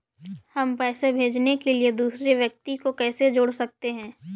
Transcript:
हम पैसे भेजने के लिए दूसरे व्यक्ति को कैसे जोड़ सकते हैं?